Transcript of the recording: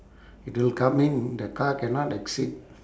it'll come in the car cannot exit